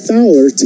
Fowler